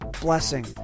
blessing